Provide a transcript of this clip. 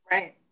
Right